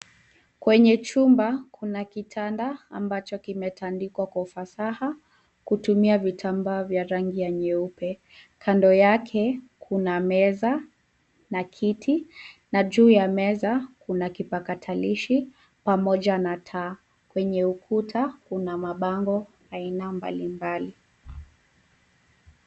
Kwenye chumba kuna kitanda ambacho kimetandikwa kwa ufasaha kutumia vitambaa vya ranginya nyeupe. Kando yake kuna meza na kiti na juu ya meza kuna kipakatalishi pamoja na taa. Kwenye ukuta kuna mabango aina mbalimbali.